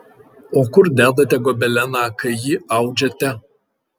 o kur dedate gobeleną kai jį audžiate